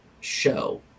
show